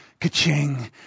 ka-ching